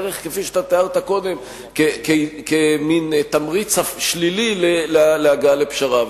בערך כפי שתיארת קודם כמין תמריץ שלילי להגעה לפשרה.